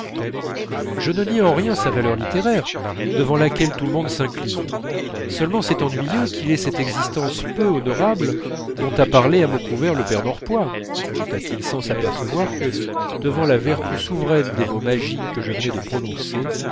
je ne nie en rien sa valeur littéraire devant laquelle tout le monde s'incline seulement c'est ennuyeux qu'il ait cette existence peu honorable dont a parlé à mots couverts le père norpois ajouta-t-il sans s'apercevoir que devant la vertu souveraine des mots magiques que je venais de prononcer